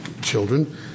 children